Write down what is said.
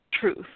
truth